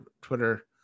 Twitter